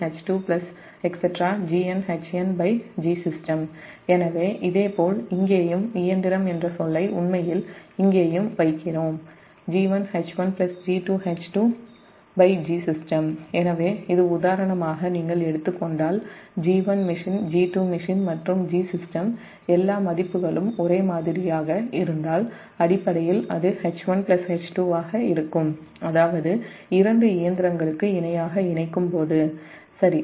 GnHnGsystem எனவே இதேபோல் இயந்திரம் என்ற சொல்லை உண்மையில் இங்கேயும் வைக்கிறோம் G1H1G2H2rightGsystem எனவே இது உதாரணமாக நீங்கள் எடுத்துக்கொண்டால்G1machine G2machine மற்றும் Gsystem எல்லா மதிப்புகளும் ஒரே மாதிரியாக இருந்தால் அடிப்படையில் அது H1H2 ஆக இருக்கும் அதாவது இரண்டு இயந்திரங்களுக்கு இணையாக இணைக்கும் போது சரி